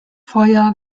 feuer